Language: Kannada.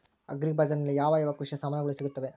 ಅಗ್ರಿ ಬಜಾರಿನಲ್ಲಿ ಯಾವ ಯಾವ ಕೃಷಿಯ ಸಾಮಾನುಗಳು ಸಿಗುತ್ತವೆ?